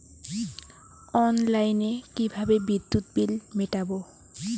অনলাইনে কিভাবে বিদ্যুৎ বিল মেটাবো?